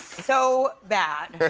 so bad.